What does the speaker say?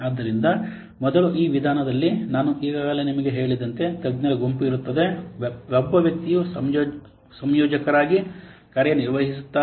ಆದ್ದರಿಂದ ಮೊದಲು ಈ ವಿಧಾನದಲ್ಲಿ ನಾನು ಈಗಾಗಲೇ ಹೇಳಿದಂತೆ ತಜ್ಞರ ಗುಂಪು ಇರುತ್ತದೆ ಒಬ್ಬ ವ್ಯಕ್ತಿಯು ಸಂಯೋಜಕರಾಗಿ ಕಾರ್ಯನಿರ್ವಹಿಸುತ್ತಾರೆ